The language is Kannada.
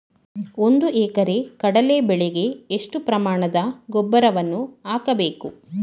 ಒಂದು ಎಕರೆ ಕಡಲೆ ಬೆಳೆಗೆ ಎಷ್ಟು ಪ್ರಮಾಣದ ಗೊಬ್ಬರವನ್ನು ಹಾಕಬೇಕು?